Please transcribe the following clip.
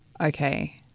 Okay